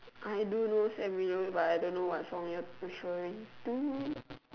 I do knows every but I don't what song you want to show me to